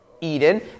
Eden